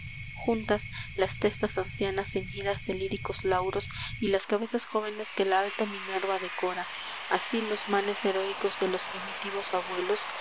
juntas las testas ancianas ceñidas de líricos lauros y las cabezas jóvenes que la alta minerva decora así los manes heroicos de los primitivos abuelos